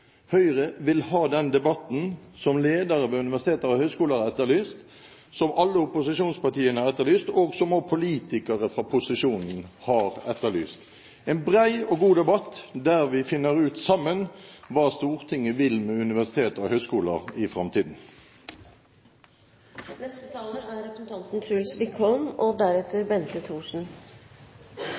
Høyre vil ha den debatten som ledere ved universiteter og høyskoler har etterlyst, som alle opposisjonspartiene har etterlyst, og som også politikere fra posisjonen har etterlyst: en bred og god debatt, der vi finner ut sammen hva Stortinget vil med universiteter og høyskoler i framtiden. Representanten Afshan Rafiq var oppe på talerstolen og